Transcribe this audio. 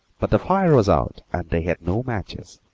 but the fire was out and they had no matches.